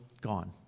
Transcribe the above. gone